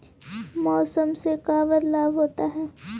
मौसम से का बदलाव होता है?